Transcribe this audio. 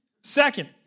Second